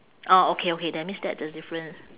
orh okay okay that means that the different